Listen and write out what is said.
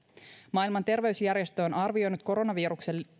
maailman terveysjärjestö on arvioinut koronaviruksen